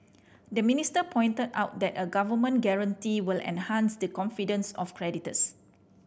the minister pointed out that a government guarantee will enhance the confidence of creditors